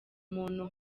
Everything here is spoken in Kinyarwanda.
muntu